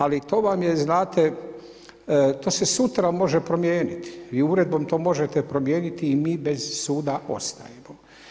Ali to vam je znate, to se sutra može promijeniti i uredbom to možete promijeniti i mi bez suda ostajemo.